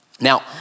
Now